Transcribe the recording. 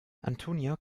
antonia